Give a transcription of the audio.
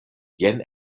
jen